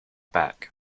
back